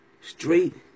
straight